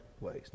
ways